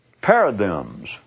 paradigms